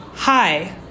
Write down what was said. Hi